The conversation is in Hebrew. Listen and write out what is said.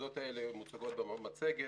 הנקודות האלה מוצגות במצגת.